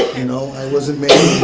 you know, i wasn't making,